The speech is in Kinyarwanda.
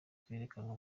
kwerekanwa